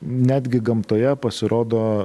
netgi gamtoje pasirodo